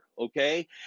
Okay